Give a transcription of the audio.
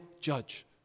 judge